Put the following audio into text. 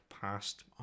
past